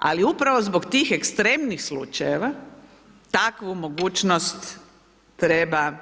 Ali upravo zbog tih ekstremnih slučajeva, takvu mogućnost treba